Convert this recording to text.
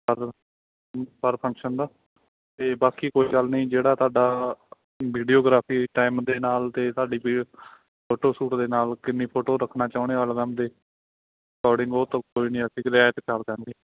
ਪਰ ਪਰ ਫੰਕਸ਼ਨ ਦਾ ਅਤੇ ਬਾਕੀ ਕੋਈ ਗੱਲ ਨਹੀਂ ਜਿਹੜਾ ਤੁਹਾਡਾ ਵੀਡੀਓਗ੍ਰਾਫੀ ਟੈਮ ਦੇ ਨਾਲ ਅਤੇ ਤੁਹਾਡੀ ਕੋਈ ਫੋਟੋ ਸੂਟ ਦੇ ਨਾਲ ਕਿੰਨੀ ਫੋਟੋ ਰੱਖਣਾ ਚਾਹੁੰਦੇ ਹੋ ਐਲਬਮ ਦੇ ਅਕੋਰਡਿੰਗ ਉਹ ਤਾਂ ਕੋਈ ਨਹੀਂ ਅਸੀਂ ਵੀ ਰਿਆਇਤ ਕਰ ਦੇਵਾਂਗੇ